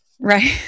Right